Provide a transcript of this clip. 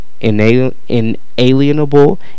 inalienable